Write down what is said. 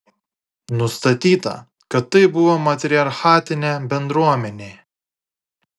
nustatyta kad tai buvo matriarchatinė bendruomenė